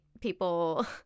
people